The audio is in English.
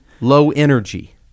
low-energy